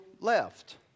left